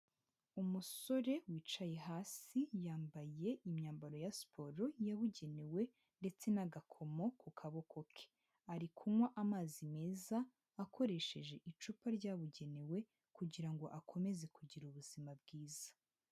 Umusore wicaye hasi yambaye imyambaro ya siporo yabugenewe ndetse n'agakomo ku kaboko ke, ari kunywa amazi meza akoresheje icupa ryabugenewe kugira ngo akomeze kugira ubuzima bwiza.